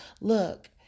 look